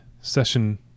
session